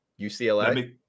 UCLA